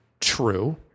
true